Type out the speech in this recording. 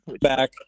Back